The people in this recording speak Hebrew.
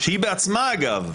שהיא בעצמה אגב,